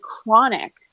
chronic